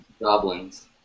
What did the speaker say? Goblins